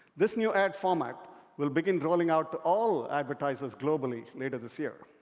this new ad format will begin rolling out to all advertisers globally later this year